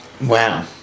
wow